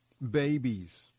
Babies